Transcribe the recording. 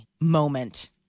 moment